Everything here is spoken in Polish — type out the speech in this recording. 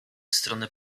stronę